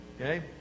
okay